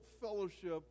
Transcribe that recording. fellowship